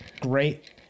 great